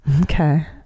okay